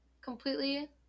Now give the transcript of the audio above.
completely